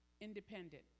independent